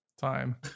time